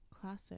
Classic